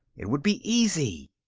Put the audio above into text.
it would be easy!